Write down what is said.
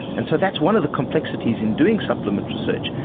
and so that's one of the complexities in doing supplement research,